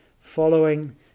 following